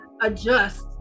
adjust